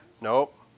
Nope